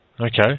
Okay